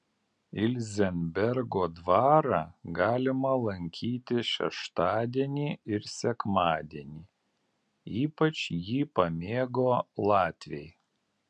ilzenbergo dvarą galima lankyti šeštadienį ir sekmadienį ypač jį pamėgo latviai